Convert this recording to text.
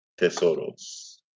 tesoros